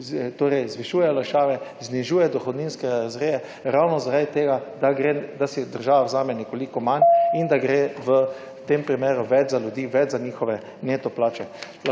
Torej, zvišuje olajšave, znižuje dohodninske razrede ravno, zaradi tega, da gre, da si država vzame nekoliko manj in da gre v tem primeru več za ljudi, več za njihove neto plače.